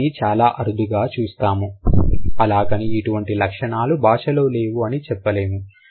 వీటిని చాలా అరుదుగా చూస్తాము అలాగని ఇటువంటి లక్షణాలు భాషలో లేవు అని చెప్పలేము